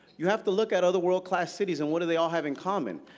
you have to look at other world-class cities and what do they all have in common?